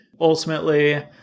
Ultimately